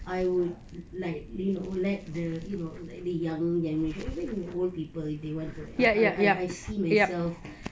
I would like the you know the younger generations why old people if they want to I I see myself